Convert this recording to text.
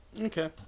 Okay